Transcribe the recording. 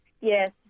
Yes